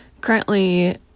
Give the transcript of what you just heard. currently